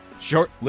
Short